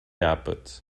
àpats